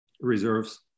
Reserves